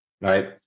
right